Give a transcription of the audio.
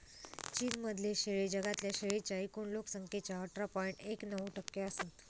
चीन मधले शेळे जगातल्या शेळींच्या एकूण लोक संख्येच्या अठरा पॉइंट एक नऊ टक्के असत